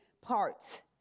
parts